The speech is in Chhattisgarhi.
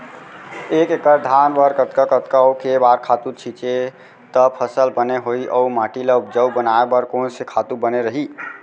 एक एक्कड़ धान बर कतका कतका अऊ के बार खातू छिंचे त फसल बने होही अऊ माटी ल उपजाऊ बनाए बर कोन से खातू बने रही?